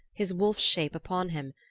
his wolf's shape upon him,